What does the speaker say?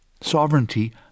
Sovereignty